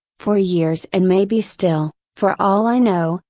for years and may be still, for all i know,